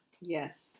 yes